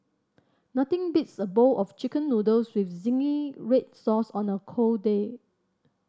nothing beats a bowl of Chicken Noodles with zingy red sauce on a cold day